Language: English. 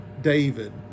David